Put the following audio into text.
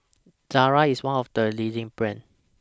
Ezerra IS one of The leading brands